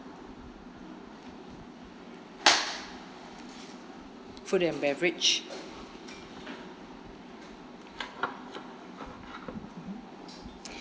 food and beverage